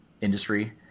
industry